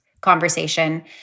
conversation